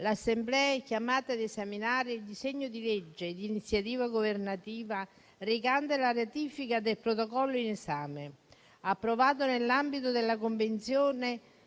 l'Assemblea è chiamata a esaminare il disegno di legge di iniziativa governativa recante la ratifica del Protocollo in esame, approvato nell'ambito della Convenzione